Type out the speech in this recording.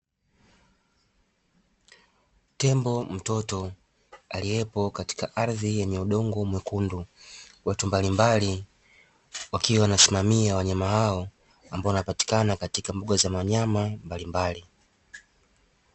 Tembo mtoto aliyepo katika ardhi yenye udongo mwekundu, watu mbalimbali wakiwa wanasimamia wanyama hao ambao wanapatikana katika mbuga za wanyama mbalimbali.